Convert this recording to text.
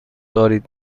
دارید